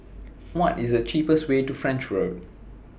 What IS The cheapest Way to French Road